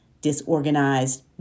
disorganized